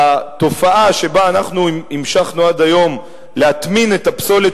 התופעה שאנחנו המשכנו עד היום להטמין את הפסולת